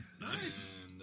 Nice